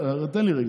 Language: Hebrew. תן לי רגע.